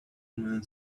woman